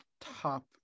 Top